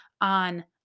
on